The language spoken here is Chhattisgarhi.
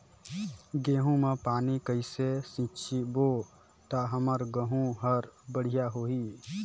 गहूं म पानी कइसे सिंचबो ता हमर गहूं हर बढ़िया होही?